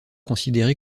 considéré